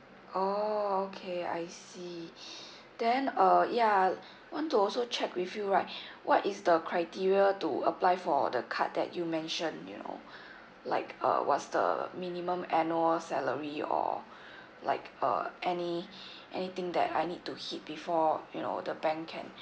oh okay I see then uh ya want to also check with you right what is the criteria to apply for the card that you mentioned you know like uh what's the minimum annual salary or like uh any anything that I need to hit before you know the bank can